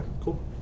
cool